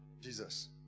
Jesus